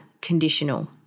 conditional